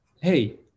hey